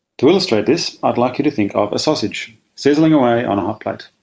to illustrate this i'd like you to think of a sausage sizzling away on a hotplate.